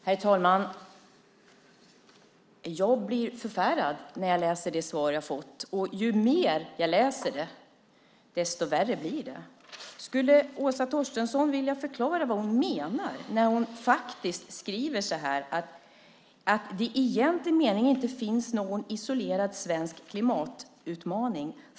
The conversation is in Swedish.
Herr talman! Jag blir förfärad när jag läser det svar som jag har fått. Ju mer jag läser det, desto värre blir det. Skulle Åsa Torstensson vilja förklara vad hon menar när hon faktiskt skriver "att det i egentlig mening inte finns någon isolerad svensk klimatutmaning.